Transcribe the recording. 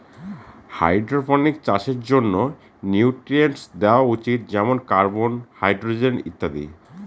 hydroponics চাষের জন্য nutrients দেওয়া উচিত যেমন কার্বন, হাইড্রজেন ইত্যাদি